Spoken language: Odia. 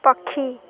ପକ୍ଷୀ